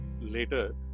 later